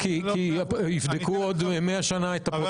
כי יבדקו בעוד 100 שנה את הפרוטוקולים.